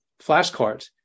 flashcards